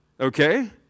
okay